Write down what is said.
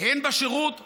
הן בשירות הצבאי,